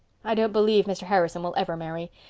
i don't believe mr. harrison will ever marry.